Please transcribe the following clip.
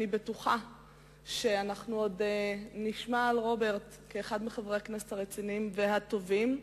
אני בטוחה שאנחנו עוד נשמע על רוברט כאחד מחברי הכנסת הרציניים והטובים.